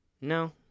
no